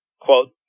quote